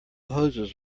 hoses